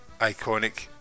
iconic